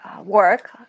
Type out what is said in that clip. Work